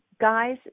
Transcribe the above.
guys